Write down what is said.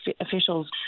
officials